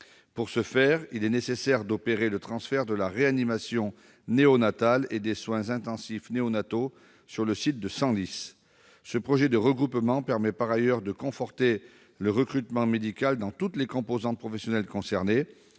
Pour ce faire, il est nécessaire de transférer la réanimation néonatale et les soins intensifs néonataux sur le site de Senlis. Ce projet de regroupement permet par ailleurs de conforter le recrutement médical dans toutes les composantes professionnelles concernées-